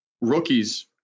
Rookies